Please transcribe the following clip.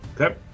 Okay